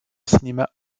cinema